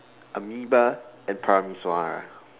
Amoeba and Parameswara